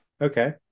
Okay